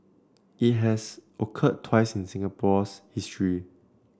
it had occurred twice in Singapore's issue